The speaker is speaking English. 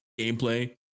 gameplay